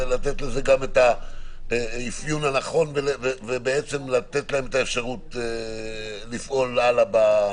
לתת לזה גם את האפיון הנכון ובעצם לתת להם את האפשרות לפעול הלאה?